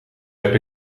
heb